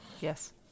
Yes